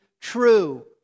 true